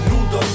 Nudo